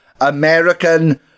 American